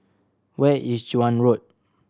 where is Joan Road